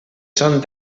són